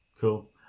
Cool